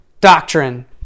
doctrine